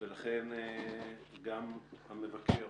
לכן גם המבקר